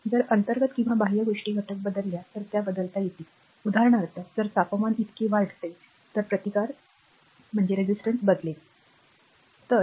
जर अंतर्गत किंवा बाह्य गोष्टी घटक बदलल्या तर त्या बदलता येतील उदाहरणार्थ जर तापमान इतके वाढते तर प्रतिकार बदलेल बरोबर